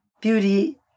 Beauty